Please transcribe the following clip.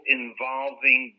involving